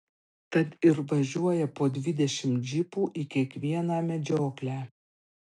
tad ir važiuoja po dvidešimt džipų į kiekvieną medžioklę